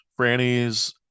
Franny's